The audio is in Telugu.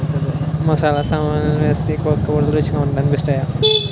మసాలా సామాన్లు వేస్తేనే కూరలు రుచిగా అనిపిస్తాయి